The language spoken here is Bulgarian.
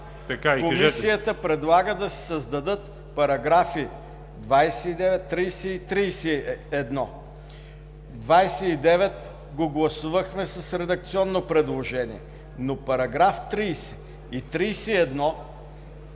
„Комисията предлага да се създадат параграфи 29, 30 и 31“. Параграф 29 го гласувахме с редакционно предложение, но параграфи 30 и 31